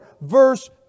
verse